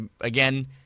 again